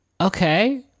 Okay